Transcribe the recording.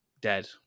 dead